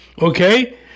okay